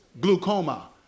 glaucoma